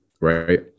right